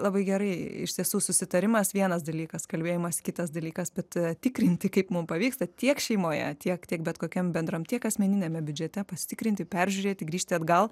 labai gerai iš tiesų susitarimas vienas dalykas kalbėjimas kitas dalykas bet tikrinti kaip mum pavyksta tiek šeimoje tiek tiek bet kokiam bendram tiek asmeniniame biudžete pasitikrinti peržiūrėti grįžti atgal